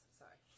sorry